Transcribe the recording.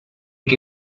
que